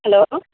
hello